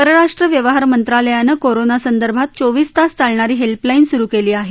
परराष्ट्र व्यवहार मंत्रालयानं कोरोना संदर्भात चोवीस तास चालणारी हेल्पलाईन सुरू केली आहे